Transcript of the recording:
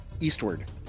eastward